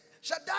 Shaddai